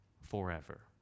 forever